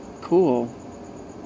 Cool